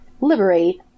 liberate